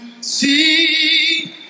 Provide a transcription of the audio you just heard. see